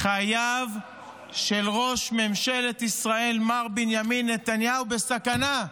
חייו של ראש ממשלת ישראל מר בנימין נתניהו בסכנה.